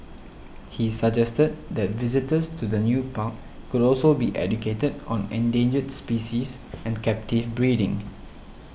he suggested that visitors to the new park could also be educated on endangered species and captive breeding